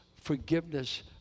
forgiveness